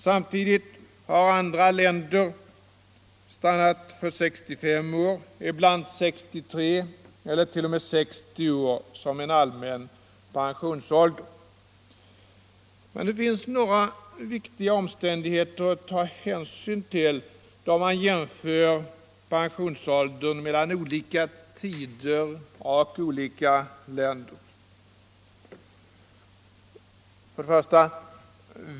Samtidigt har man i andra länder bestämt sig för 65 år, ibland 63 eller t.o.m. 60 år som en allmän pensionsålder. Men det finns några viktiga omständigheter att ta hänsyn till då man jämför pensionsåldern vid olika tidpunkter och i olika länder: 1.